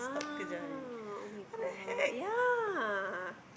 ah [oh]-my-god ya